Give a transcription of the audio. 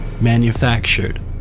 manufactured